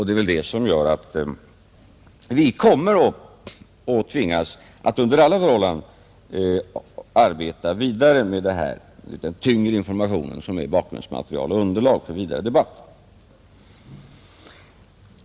Det är väl det som gör att vi kommer att tvingas att under alla förhållanden arbeta vidare med den något tyngre informationen, som är ett bakgrundsmaterial och ett underlag för vidare debatt.